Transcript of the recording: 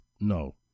No